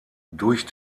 durch